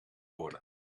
worden